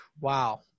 Wow